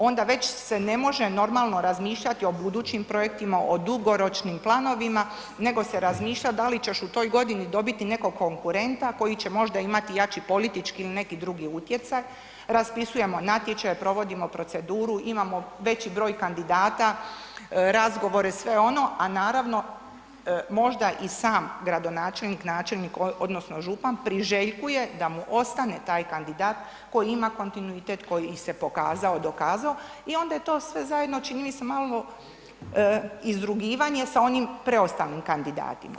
Onda već se ne može normalno razmišljati o budućim projektima o dugoročnim planovima nego se razmišlja da li će u toj godini dobiti nekog konkurenta koji će možda imati jači politički ili neki drugi utjecaj, raspisujemo natječaje, provodimo proceduru, imamo veći broj kandidata, razgovore sve ono, a naravno možda i sam gradonačelnik, načelnik odnosno župan priželjkuje da mu ostane taj kandidat koji ima kontinuitet koji se pokazao, dokazao i onda je to sve zajedno čini mi se malo izrugivanje sa onim preostalim kandidatima.